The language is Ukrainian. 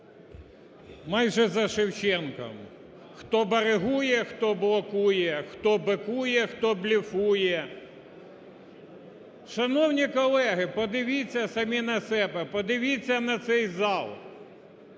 Майже за Шевченком: хто баригує, хто блокує, хто бикує, хто блефує. Шановні колеги, подивіться самі на себе, подивіться на цей зал.